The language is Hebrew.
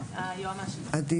יוסף.